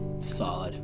Solid